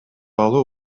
алуу